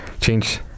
change